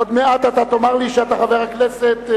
עוד מעט אתה תאמר לי שאתה חבר הכנסת,